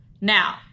Now